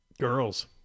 girls